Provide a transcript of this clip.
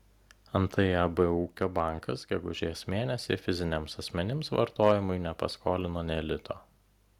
antai ab ūkio bankas gegužės mėnesį fiziniams asmenims vartojimui nepaskolino nė lito